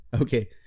okay